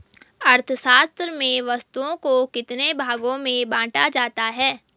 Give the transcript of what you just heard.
अर्थशास्त्र में वस्तुओं को कितने भागों में बांटा जाता है?